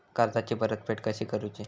कर्जाची परतफेड कशी करुची?